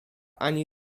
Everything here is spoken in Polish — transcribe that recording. ani